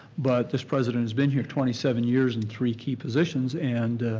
but this president has been here twenty seven years and three key positions and